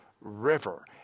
River